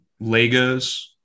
Legos